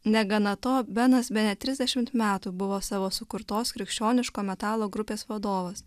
negana to benas bene trisdešimt metų buvo savo sukurtos krikščioniško metalo grupės vadovas